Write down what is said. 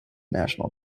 national